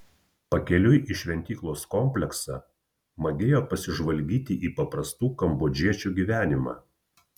pakeliui į šventyklos kompleksą magėjo pasižvalgyti į paprastų kambodžiečių gyvenimą